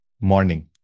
morning